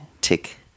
tick